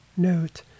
note